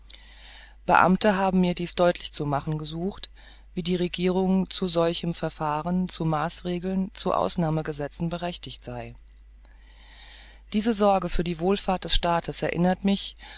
beamte haben mir dies deutlich zu machen gesucht wie die regierung zu solchem verfahren zu maßregeln zu ausnahmegesetzen berechtigt sei diese sorge für die wohlfahrt des staates erinnerte mich